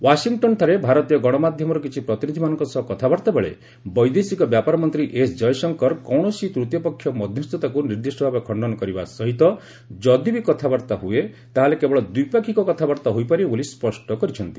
ଓ୍ୱାଶିଂଟନ୍ଠାରେ ଭାରତୀୟ ଗଣମାଧ୍ୟମର କିଛି ପ୍ରତିନିଧିମାନଙ୍କ ସହ କଥାବାର୍ତ୍ତା ବେଳେ ବୈଦେଶିକ ବ୍ୟାପାର ମନ୍ତ୍ରୀ ଏସ୍ କୟଶଙ୍କର କୌଣସି ତୃତୀୟ ପକ୍ଷ ମଧ୍ୟସ୍ଥତାକୁ ନିର୍ଦ୍ଦିଷ୍ଟ ଭାବେ ଖଶ୍ତନ କରିବା ସହିତ ଯଦିବି କଥାବାର୍ତ୍ତା ହୁଏ ତାହେଲେ କେବଳ ଦ୍ୱିପାକ୍ଷିକ କଥାବାର୍ତ୍ତା ହୋଇପାରିବ ବୋଲି ସ୍ୱଷ୍ଟ କରିଛନ୍ତି